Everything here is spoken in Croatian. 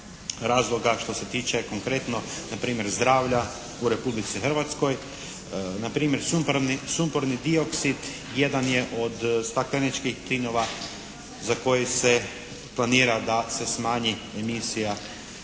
razloga što se tiče konkretno npr. zdravlja u Republici Hrvatskoj, npr. sumporni dioksid jedan je od stakleničkih plinova za koji se planira da se smanji emisija kako